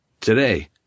Today